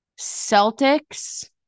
Celtics